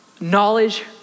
knowledge